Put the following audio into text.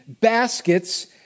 baskets